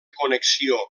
connexió